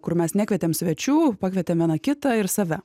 kur mes nekvietėm svečių pakvietėm vieną kitą ir save